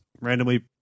randomly